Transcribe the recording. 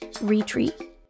retreat